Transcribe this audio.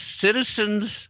citizens –